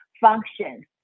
functions